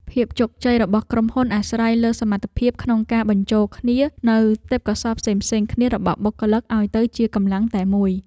ភាពជោគជ័យរបស់ក្រុមហ៊ុនអាស្រ័យលើសមត្ថភាពក្នុងការបញ្ចូលគ្នានូវទេពកោសល្យផ្សេងៗគ្នារបស់បុគ្គលិកឱ្យទៅជាកម្លាំងតែមួយ។